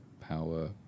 power